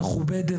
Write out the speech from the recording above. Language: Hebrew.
מכובדת,